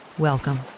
Welcome